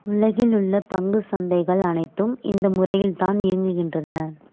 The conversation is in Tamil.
உலகில் உள்ள பங்கு சந்தைகள் அனைத்தும் இந்த முறையில்தான் இயங்குகின்றன